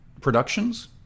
productions